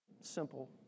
Simple